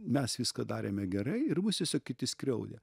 mes viską darėme gerai ir mus tiesiog kiti skriaudė